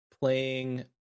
Playing